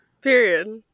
Period